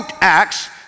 Acts